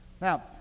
Now